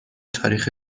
تاریخ